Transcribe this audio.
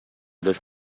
داشت